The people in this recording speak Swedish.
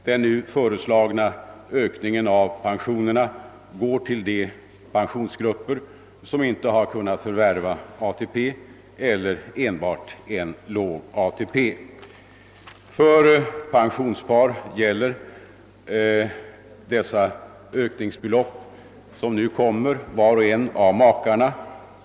Den nu föreslagna ökningen av pensionerna går till de pensionärsgrupper som inte har kunnat förvärva ATP eller kunnat förvärva enbart en låg ATP. För pensionärspar gäller de ökningsbelopp, som nu kommer, var och en av makarna.